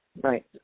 Right